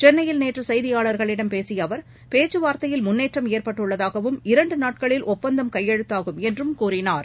சென்னையில் நேற்றுசெய்தியாளர்களிடம் பேசியஅவர் பேச்சுவார்த்தையில் முன்னேற்றம் ஏற்பட்டுள்ளதாகவும் இரண்டுநாட்களில் ஒப்பந்தம் கையெழுத்தாகும் என்றும் கூறினார்